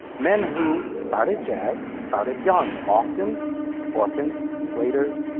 men who started jazz started young. often orphans and waiters,